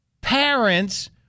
parents